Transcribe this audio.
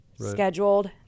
scheduled